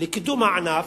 לקידום הענף.